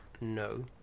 No